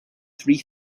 three